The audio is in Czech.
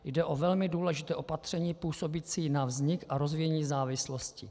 Jde o velmi důležité opatření působící na vznik a rozvíjení závislosti.